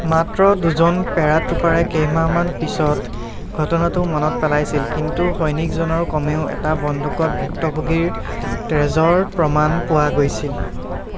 মাত্ৰ দুজন পেৰাট্ৰুপাৰে কেইমাহমান পিছত ঘটনাটো মনত পেলাইছিল কিন্তু সৈনিকজনৰ কমেও এটা বন্দুকত ভুক্তভোগীৰ তেজৰ প্ৰমাণ পোৱা গৈছিল